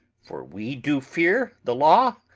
for we do fear the law?